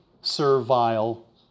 servile